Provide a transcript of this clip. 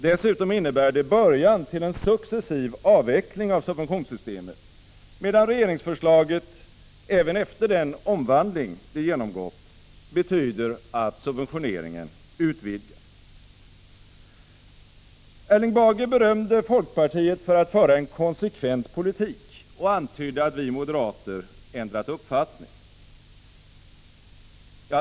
Dessutom innebär det början till en successiv avveckling av subventionssystemet, medan regeringsförslaget — även efter den omvandling det genomgått — betyder att subventioneringen utvidgas. Erling Bager berömde folkpartiet för att föra en konsekvent politik och antydde att vi moderater ändrat uppfattning.